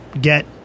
get